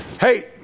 Hey